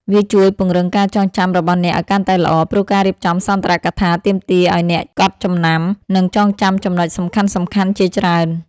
វាជួយពង្រឹងការចងចាំរបស់អ្នកឱ្យកាន់តែល្អ ព្រោះការរៀបចំសន្ទរកថាទាមទារឱ្យអ្នកកត់ចំណាំ និងចងចាំចំណុចសំខាន់ៗជាច្រើន។